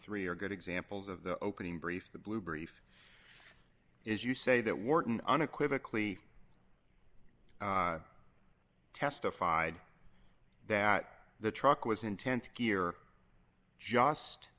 three are good examples of the opening brief the blue brief is you say that wharton unequivocally testified that the truck was intent here just